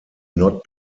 not